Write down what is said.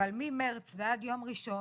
אבל ממרץ עד יום ראשון,